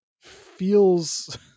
feels